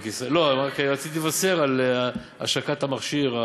רק רציתי לבשר על השקת המכשיר,